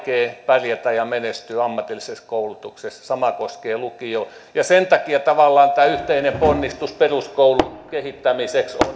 pärjätä ja menestyä ammatillisessa koulutuksessa sama koskee lukiota sen takia tavallaan tämä yhteinen ponnistus peruskoulun kehittämiseksi on